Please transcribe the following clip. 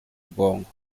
bwonko